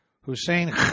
Hussein